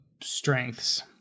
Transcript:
strengths